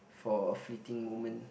for a fleeting moment